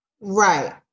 Right